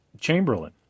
Chamberlain